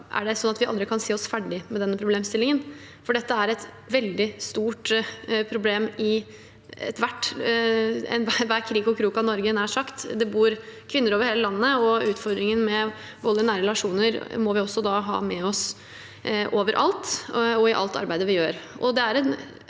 av det. Så kan vi aldri si oss ferdig med denne problemstillingen, for dette er et veldig stort problem i nær sagt enhver krik og krok av Norge. Det bor kvinner over hele landet, og utfordringen med vold i nære relasjoner må vi da også ha med oss overalt og i alt arbeidet vi gjør.